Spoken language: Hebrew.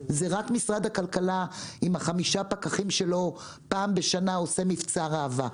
זה רק משרד הכלכלה עם חמשת הפקחים שלו שפעם בשנה עושה מבצע ראווה.